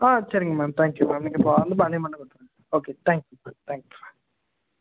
ஆ சரிங்க ma'am thank you ma'am நீங்கள் okay thank you thanks ma'am